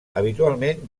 habitualment